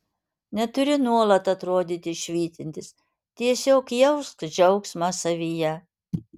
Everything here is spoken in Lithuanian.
neturi nuolat atrodyti švytintis tiesiog jausk džiaugsmą savyje